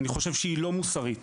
אני חושב שהיא לא מוסרית,